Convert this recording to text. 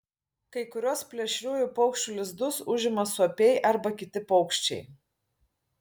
kai kuriuos plėšriųjų paukščių lizdus užima suopiai arba kiti paukščiai